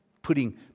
putting